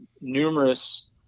Numerous